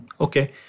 okay